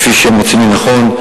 כפי שהם מוצאים לנכון,